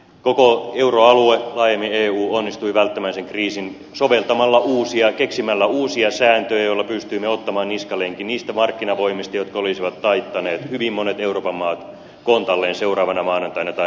koko euroalue laajemmin eu onnistui välttämään sen kriisin soveltamalla keksimällä uusia sääntöjä joilla pystyimme ottamaan niskalenkin niistä markkinavoimista jotka olisivat taittaneet hyvin monet euroopan maat kontalleen seuraavana maanantaina tai alkuviikkona